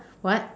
what